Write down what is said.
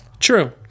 True